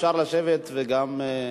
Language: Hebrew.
אפשר לשבת וגם,